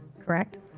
correct